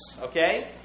Okay